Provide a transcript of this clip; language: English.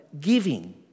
giving